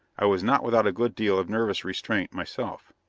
i was not without a good deal of nervous restraint myself.